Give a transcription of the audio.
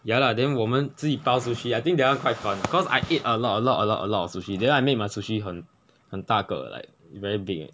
ya lah then 我们自己包 sushi I think that one quite fun cause I ate a lot a lot a lot a lot of sushi then I made my sushi 很很大个 like very big